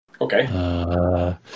Okay